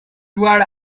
toward